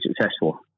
successful